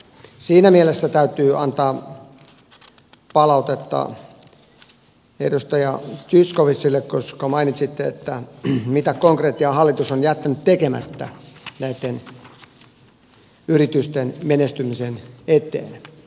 siinä mielessä täytyy antaa palautetta edustaja zyskowiczille koska mainitsitte mitä konkretiaa hallitus on jättänyt tekemättä yritysten menestymisen eteen